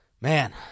Man